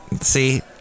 See